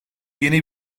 yeni